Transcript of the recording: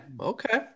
okay